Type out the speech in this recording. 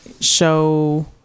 show